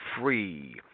free